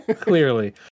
Clearly